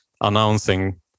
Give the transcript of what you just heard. announcing